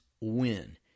win